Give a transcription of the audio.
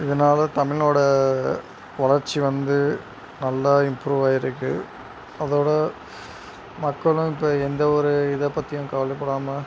இதனால் தமிழனோட வளர்ச்சி வந்து நல்லா இம்ப்ரூவ் ஆகிருக்கு அதோட மக்களும் இப்போ எந்த ஒரு இத பற்றியும் கவலைப்படாமல்